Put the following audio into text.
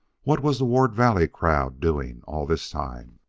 what was the ward valley crowd doing all this time?